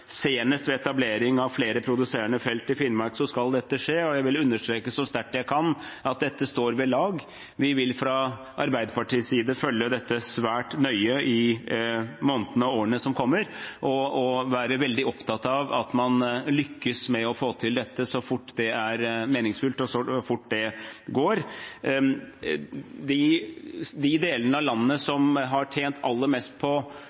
ved etablering av flere produserende felt i Barentshavet ». Jeg vil understreke så sterkt jeg kan, at dette står ved lag. Vi vil fra Arbeiderpartiets side følge dette svært nøye i månedene og årene som kommer, og være veldig opptatt av at man lykkes med å få til dette så fort det er meningsfullt, og så fort det går. De delene av landet som har tjent aller mest på